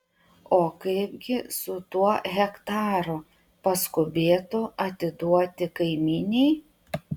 o kaipgi su tuo hektaru paskubėtu atiduoti kaimynei